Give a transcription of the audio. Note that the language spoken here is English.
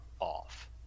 Off